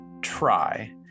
try